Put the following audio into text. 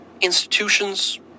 institutions